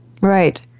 Right